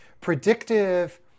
predictive